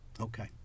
Okay